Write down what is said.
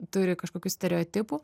turi kažkokių stereotipų